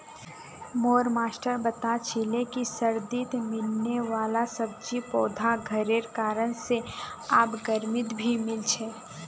मोर मास्टर बता छीले कि सर्दित मिलने वाला सब्जि पौधा घरेर कारण से आब गर्मित भी मिल छे